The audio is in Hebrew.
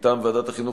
מטעם ועדת החינוך,